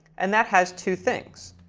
and that has two things.